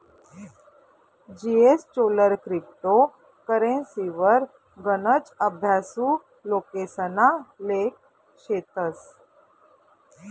जीएसचोलर क्रिप्टो करेंसीवर गनच अभ्यासु लोकेसना लेख शेतस